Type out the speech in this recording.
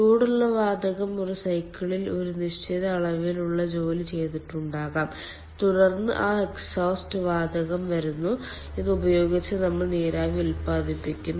ചൂടുള്ള വാതകം ഒരു സൈക്കിളിൽ ഒരു നിശ്ചിത അളവിലുള്ള ജോലി ചെയ്തിട്ടുണ്ടാകാം തുടർന്ന് ആ എക്സ്ഹോസ്റ്റ് വാതകം വരുന്നു ഇത് ഉപയോഗിച്ച് നമ്മൾ നീരാവി ഉത്പാദിപ്പിക്കുന്നു